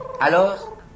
alors